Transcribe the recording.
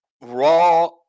raw